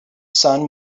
sun